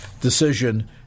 decision